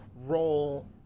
role